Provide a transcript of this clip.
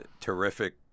terrific